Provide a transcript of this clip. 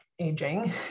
aging